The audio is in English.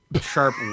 Sharp